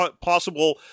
possible